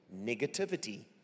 negativity